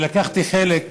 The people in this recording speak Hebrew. ולקחתי חלק אחד,